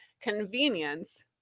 Convenience